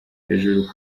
hejuru